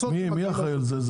מי אחראי על זה?